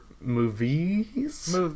movies